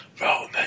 Roman